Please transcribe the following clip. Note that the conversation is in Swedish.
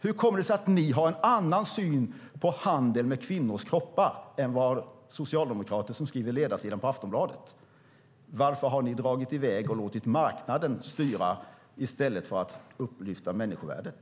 Hur kommer det sig att ni har en annan syn på handeln med kvinnors kroppar än vad socialdemokrater som skriver ledarsidan i Aftonbladet har? Varför har ni dragit i väg och låtit marknaden styra i stället för att upplyfta människovärdet?